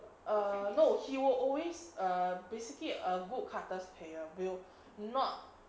err no he will always err basically err a good karthus player will not